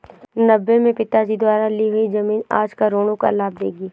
नब्बे में पिताजी द्वारा ली हुई जमीन आज करोड़ों का लाभ देगी